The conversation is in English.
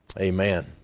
amen